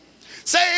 Say